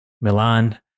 Milan